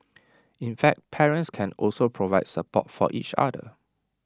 in fact parents can also provide support for each other